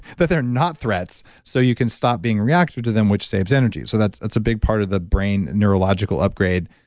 that they're not threats so you can stop being reactive to them, which saves energy. so that's that's a big part of the brain neurological upgrade.